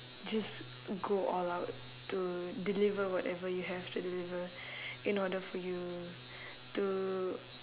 just go all out to deliver whatever you have to deliver in order for you to